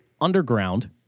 underground